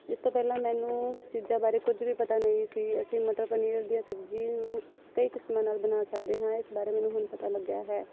ਇਸ ਤੋਂ ਪਹਿਲਾਂ ਮੈਨੂੰ ਚੀਜ਼ਾਂ ਬਾਰੇ ਕੁਝ ਵੀ ਪਤਾ ਨਹੀਂ ਸੀ ਅਸੀਂ ਮਟਰ ਪਨੀਰ ਦੀਆਂ ਸਬਜ਼ੀ ਨੂੰ ਕਈ ਕਿਸਮਾਂ ਨਾਲ ਬਣਾ ਸਕਦੇ ਹਾਂ ਇਸ ਬਾਰੇ ਮੈਨੂੰ ਹੁਣ ਪਤਾ ਲੱਗਿਆ ਹੈ